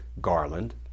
Garland